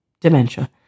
dementia